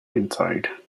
inside